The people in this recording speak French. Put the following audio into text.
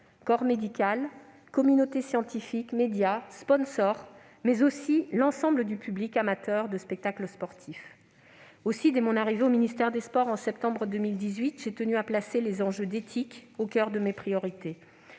corps médical, communauté scientifique, médias, sponsors, mais aussi l'ensemble du public amateur de spectacles sportifs. Aussi, dès mon arrivée au ministère des sports, en septembre 2018, j'ai tenu à placer les enjeux d'éthique au coeur de mes priorités.